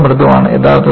ഇത് വളരെ മൃദുവാണ്